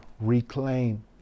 reclaim